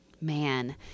Man